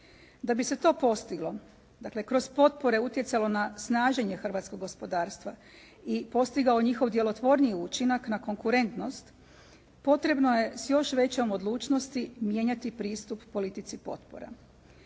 Da bi se to postiglo, dale kroz potpore utjecalo na snaženje hrvatskog gospodarstva i postigao njihov djelotvorniji učinak na konkurentnost, potrebno je s još većom odlučnosti mijenjati pristup politici potpora.